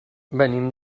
venim